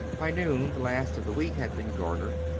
by noon the last of the wheat had been garnered,